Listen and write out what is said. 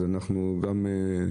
אז אנחנו גם אופטימיים.